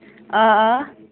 آ آ